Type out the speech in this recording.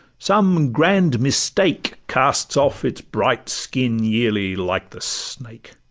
some grand mistake casts off its bright skin yearly like the snake.